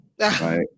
right